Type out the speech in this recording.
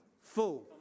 full